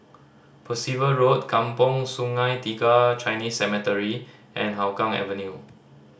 Percival Road Kampong Sungai Tiga Chinese Cemetery and Hougang Avenue